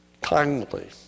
kindly